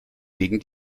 gegen